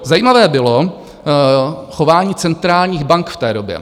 Zajímavé bylo chování centrálních bank v té době.